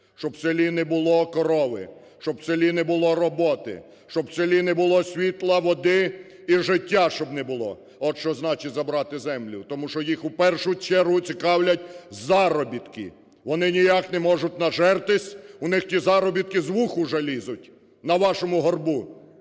щоб в селі не було корови, щоб в селі не було роботи, щоб в селі не було світла, води, і життя щоб не було. От, що значить забрати землю. Тому що їх у першу чергу цікавлять заробітки. Вони ніяк не можуть нажертись, у них ті заробітки з вух уже лізуть на вашому горбу,